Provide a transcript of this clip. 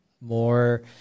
more